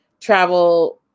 travel